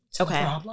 Okay